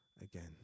again